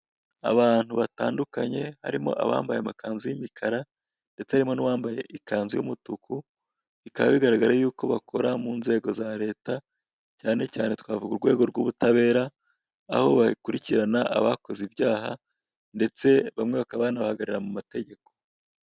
Abantu batandukanye harimo abambaye ikanzu y'imikara ndetse harimo n'uwambaye ikanzu y'umutuku, bikaba bigaragara ko bakora mu nzego za leta cyane cyane twavuga urwego rw'ubutabera aho bakurikirana abakoze ibyaha ndetse bamwe bakanabahagararira mu mategeko.